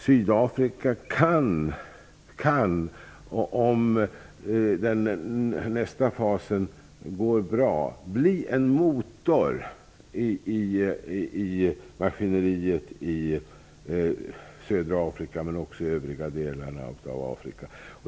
Sydafrika kan, om nästa fas går bra, bli en motor i maskineriet i södra Afrika och också i de övriga delarna av Afrika.